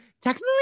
technically